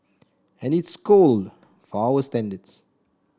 and it's cold for our standards